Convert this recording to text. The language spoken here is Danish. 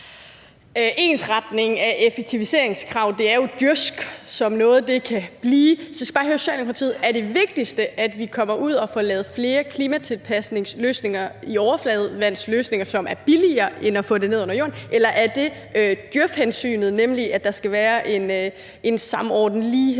Ensretning af effektiviseringskrav er jo så djøfsk som noget kan blive, så jeg skal bare høre Socialdemokratiet, om det vigtigste er, at vi kommer ud og får lavet flere klimatilpasningsløsninger i overfladevandsløsninger, som er billigere end at få det ned under jorden, eller er det djøf-hensynet, nemlig at der skal være en samordnende